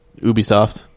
Ubisoft